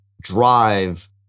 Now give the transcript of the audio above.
drive